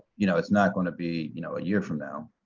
you know it's not going to be you know a year from now.